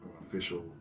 official